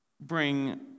bring